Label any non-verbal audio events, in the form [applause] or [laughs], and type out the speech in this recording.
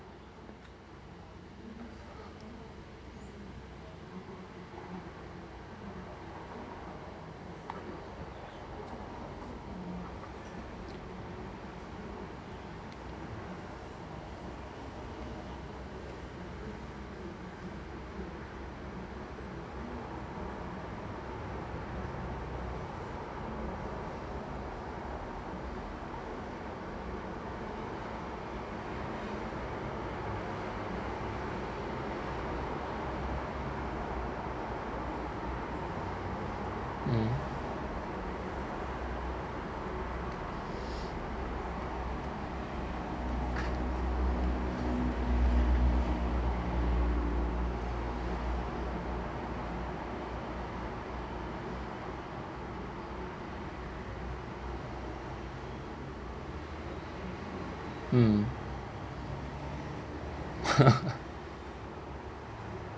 mm mmhmm [laughs]